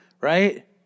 right